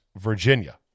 Virginia